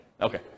Okay